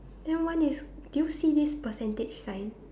then one is do you see this percentage sign